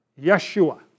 Yeshua